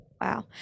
Wow